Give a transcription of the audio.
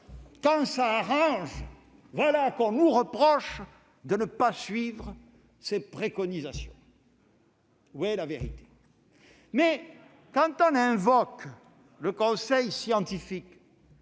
cela vous arrange, voilà que l'on nous reproche de ne pas suivre ses préconisations. Où se situe la vérité ? Quand on invoque le conseil scientifique,